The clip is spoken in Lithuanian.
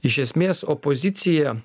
iš esmės opozicija